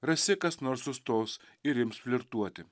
rasi kas nors sustos ir ims flirtuoti